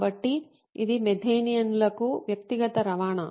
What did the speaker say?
కాబట్టి ఇది మెథానియన్లకు వ్యక్తిగత రవాణా